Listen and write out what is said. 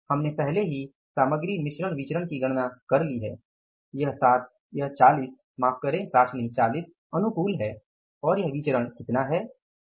हमने पहले ही सामग्री मिश्रण विचरण की गणना कर ली है यह 40 अनुकूल है और यह विचरण कितना है